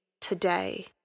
today